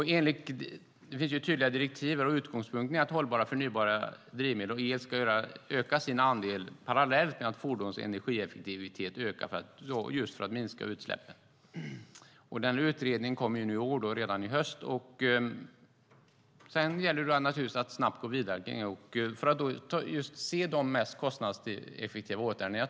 Det finns tydliga direktiv, och utgångspunkten är att andelen hållbara och förnybara drivmedel och el ska öka parallellt med att fordonens energieffektivitet ska öka för att minska utsläppen. Utredningen läggs fram i höst. Sedan gäller det att snabbt gå vidare för att titta på de mest kostnadseffektiva åtgärderna.